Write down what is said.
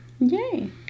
Yay